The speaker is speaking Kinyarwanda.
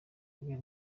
yoweli